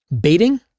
baiting